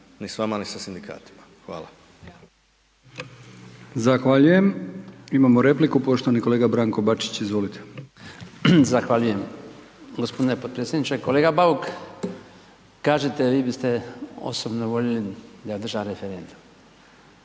ni s vama, ni sa sindikatima. Hvala.